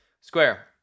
Square